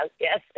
yes